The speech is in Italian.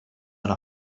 alla